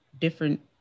different